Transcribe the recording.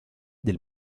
del